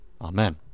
Amen